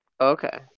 okay